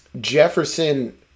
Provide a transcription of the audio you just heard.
Jefferson